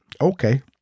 Okay